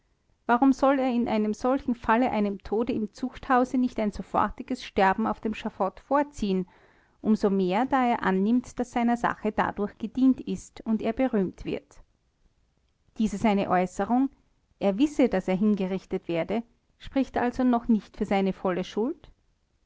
warum soll er in solchem falle einem tode im zuchthause nicht ein sofortiges sterben auf dem schafott vorziehen um so mehr da er annimmt daß seiner sache dadurch gedient ist und er berühmt wird diese seine äußerung er wisse daß er hingerichtet werde spricht also noch nicht für seine volle schuld